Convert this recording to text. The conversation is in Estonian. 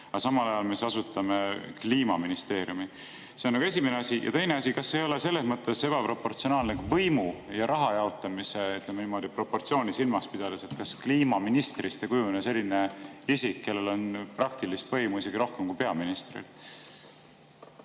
aga samal ajal me asutame Kliimaministeeriumi. See on esimene asi. Ja teine asi, kas see ei ole ebaproportsionaalne võimu ja raha jaotamine, ütleme niimoodi, just proportsiooni silmas pidades? Kas kliimaministrist ei kujune selline isik, kellel on praktilist võimu isegi rohkem kui peaministril?